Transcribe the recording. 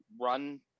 run